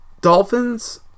Dolphins